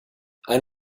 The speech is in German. ein